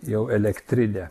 jau elektrinę